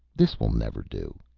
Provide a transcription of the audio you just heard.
this will never do.